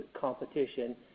competition